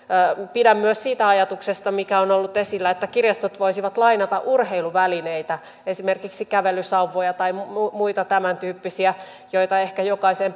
pidän myös siitä ajatuksesta mikä on ollut esillä että kirjastot voisivat lainata urheiluvälineitä esimerkiksi kävelysauvoja tai muita tämäntyyppisiä joita ehkä jokaiseen